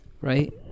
right